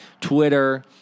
Twitter